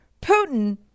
Putin